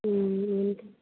ఏంటి